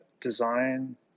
design